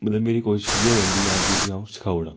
मतलब मेरी कोशश इ'ये रौंह्दी कि उस्सी अ'ऊ सखाई ओड़ां